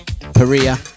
Perea